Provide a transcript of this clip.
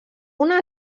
una